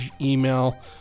email